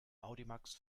audimax